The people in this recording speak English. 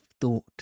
thought